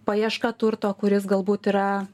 paieška turto kuris galbūt yra